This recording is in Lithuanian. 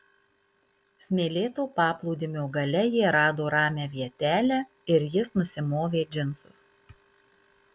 smėlėto paplūdimio gale jie rado ramią vietelę ir jis nusimovė džinsus